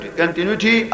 continuity